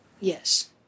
Yes